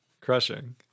Crushing